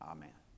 Amen